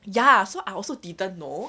ya so I also didn't know